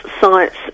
sites